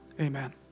Amen